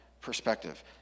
perspective